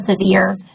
severe